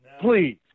please